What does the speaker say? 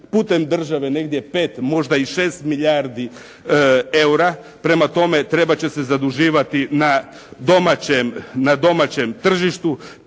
putem države negdje 5, možda i 6 milijardi EUR-a. Prema tome trebat će se zaduživati na domaćem,